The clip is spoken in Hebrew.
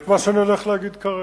את מה שאני הולך להגיד כרגע,